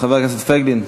חבר הכנסת פייגלין,